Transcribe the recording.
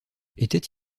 était